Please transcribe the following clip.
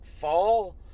fall